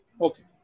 Okay